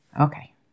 Okay